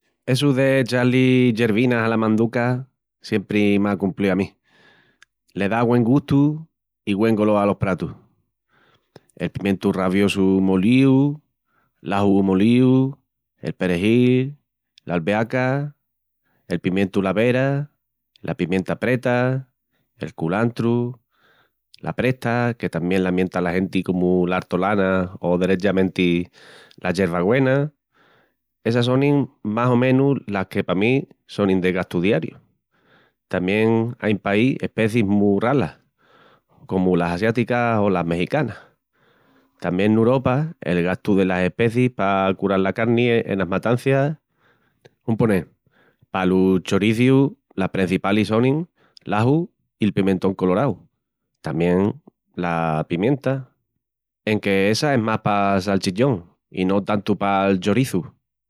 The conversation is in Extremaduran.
Essu de echá-li yervinas ala manduca siempi m'a cumplíu a mi, le da güen gustu i güen golol alos pratus. El pimientu raviosu molíu, l'aju molíu, el perejil, l'albeaca, el pimientu la Vera, la pimienta preta, el culantru, la presta que tamién la mienta la genti comu l'artolana o derechamenti la yervagüena. Essas sonin mas o menus las que pa mi sonin de gastu diariu. Tamién áin paí especiis mu ralas, comu las asiáticas o las mejicanas. Tamién n'Uropa el gastu delas especiis pa cural la carni enas matancias. Un ponel, palus choricius las prencipalis sonin l'aju i'l pimentón colorau. Tamién la pimienta, enque essa es mas pal salchichón i no tantu pal choriçu.